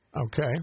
Okay